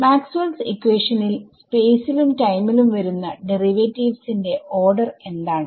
Maxwell's ഇക്വേഷനിൽ maxwells equation space ലും ടൈമിലും വരുന്ന ഡറിവേറ്റിവ്സ് ന്റെ ഓർഡർ എന്താണ്